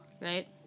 right